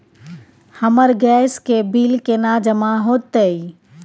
हमर गैस के बिल केना जमा होते?